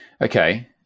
okay